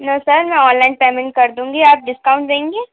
no sir मैं online payment कर दूँगी आप डिस्काउंट देंगे